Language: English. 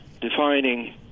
Defining